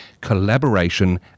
collaboration